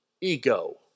ego